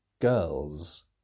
girls